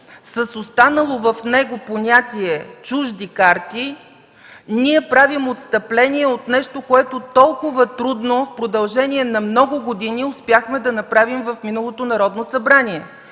с останало в него понятие „чужди карти”, ние правим отстъпление от нещо, което толкова трудно в продължение на много години успяхме да направим в миналото Народно събрание.